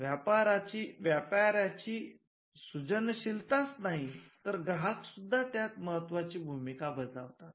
व्यापाऱ्याची सृजनशीलताच नाही तर ग्राहक सुद्धा त्यात महत्वाची भूमिका बजावतात